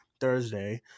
thursday